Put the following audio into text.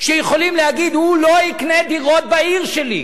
שיכולים להגיד "הוא לא יקנה דירות בעיר שלי",